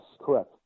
correct